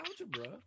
algebra